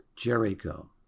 Jericho